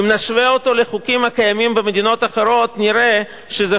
אם נשווה אותו לחוקים הקיימים במדינות אחרות נראה שזה